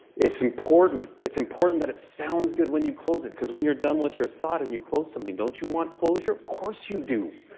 it's important. it's important that it sounds good when you close it. cause when you're done with your thought, and you close something don't you want closure? of course, you do.